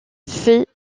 fait